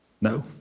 No